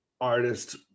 artist